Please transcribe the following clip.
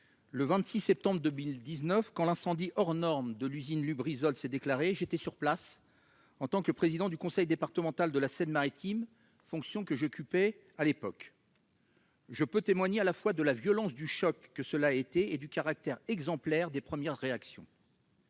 le 26 septembre 2019, quand l'incendie hors norme de l'usine Lubrizol s'est déclaré, j'étais sur place en tant que président du conseil départemental de la Seine-Maritime, fonction que j'occupais à l'époque. Je peux témoigner à la fois de la violence du choc et du caractère exemplaire des premières réactions.